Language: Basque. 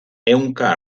ehunka